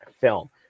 film